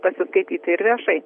pasiskaityti ir viešai